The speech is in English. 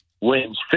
wins